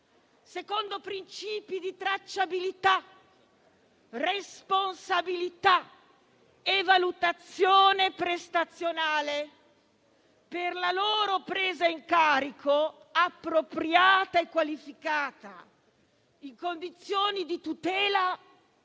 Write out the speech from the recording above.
secondo principi di tracciabilità, responsabilità e valutazione prestazionale per la loro presa in carico appropriata e qualificata, in condizioni di tutela